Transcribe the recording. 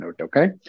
okay